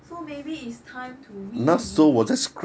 so maybe it's time to revisit